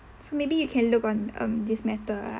so maybe you can look on um this matter ah